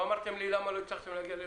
לא אמרתם לי למה לא הצלחתם להגיע לנוסח.